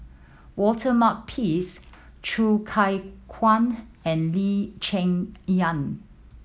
Walter Makepeace Choo Keng Kwang and Lee Cheng Yan